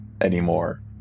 anymore